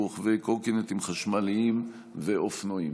רוכבי קורקינטים חשמליים ואופנועים.